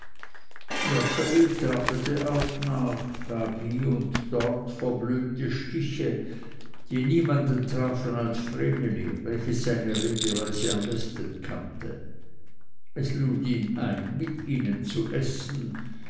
trappete auch nach gab hier und dort verblümte stiche die niemanden trafen als vreneli welches seine redeweise am besten kannte es lud ihn ein mit ihnen zu essen